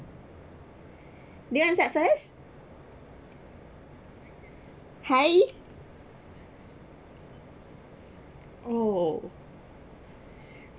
do you answer first hi oh